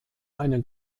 eine